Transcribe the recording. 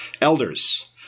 Elders